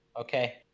Okay